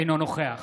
אינו נוכח